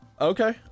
Okay